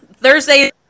Thursday